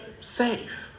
safe